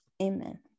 Amen